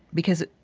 because,